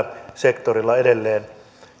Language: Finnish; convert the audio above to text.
sektorilla edelleen